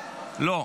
לא.